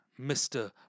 Mr